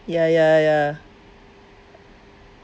yeah yeah yeah